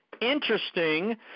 interesting